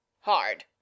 Hard